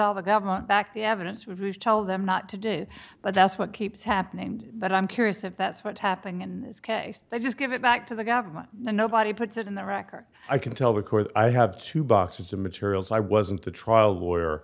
all the government back the evidence would tell them not to do but that's what keeps happening but i'm curious if that's what happened in this case they just give it back to the government and nobody puts it in the record i can tell the court i have two boxes of materials i wasn't a trial lawyer